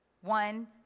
one